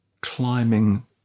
climbing